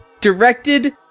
Directed